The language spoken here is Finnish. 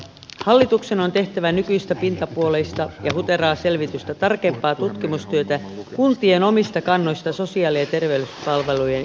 hallituksen on tehtävä nykyistä pintapuolista ja huteraa selvitystä tarkempaa tutkimustyötä kuntien omista kannoista sosiaali ja terveyspalvelujen järjestämiseksi tulevaisuudessa